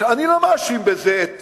אני לא מאשים בזה את